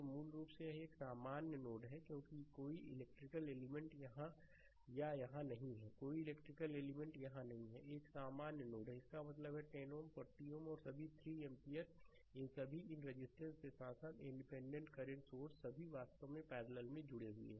तो मूल रूप से यह एक सामान्य नोड है क्योंकि कोई इलेक्ट्रिकल एलिमेंट यहां या यहां नहीं है कोई इलेक्ट्रिकल एलिमेंट यहां नहीं है यह एक सामान्य नोड है इसका मतलब है 10 Ω 40 Ω और सभी 3 एम्पीयर इन सभी इन रजिस्टेंस के साथ साथ इंडिपेंडेंट करंट सोर्स सभी वास्तव में पैरलल में जुड़े हुए हैं